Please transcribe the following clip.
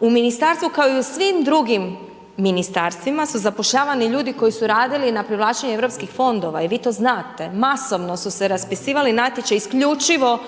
u ministarstvu kao i u svim drugim ministarstvima su zapošljavani ljudi koji su radili na privlačenju europskih fondova i vi to znate, masovno su se raspisivali natječaji isključivo